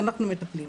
אנחנו מטפלים'.